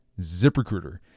ZipRecruiter